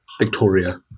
Victoria